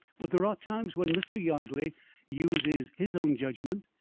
but there are times when mr. yardley uses his own judgment,